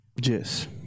yes